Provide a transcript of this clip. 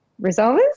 resolvers